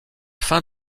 fin